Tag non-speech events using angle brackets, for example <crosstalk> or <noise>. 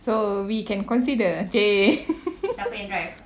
so we can consider !chey! <laughs>